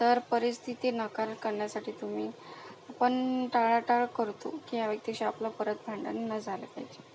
तर परिस्थिती नकार करण्यासाठी तुम्ही पण टाळाटाळ करतो की या व्यक्तीशी आपलं परत भांडण नाही झालं पाहिजे